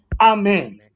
Amen